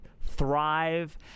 Thrive